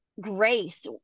grace